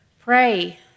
Pray